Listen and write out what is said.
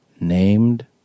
named